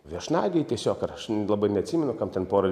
viešnagei tiesiog ar aš labai neatsimenu kam ten porą